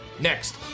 Next